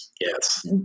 Yes